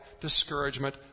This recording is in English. discouragement